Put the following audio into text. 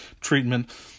treatment